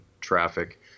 traffic